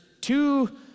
two